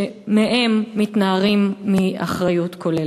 שכלפיהם מתנערים מאחריות כוללת.